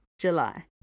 July